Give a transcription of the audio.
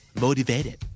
Motivated